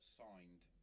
signed